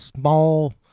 small